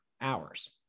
hours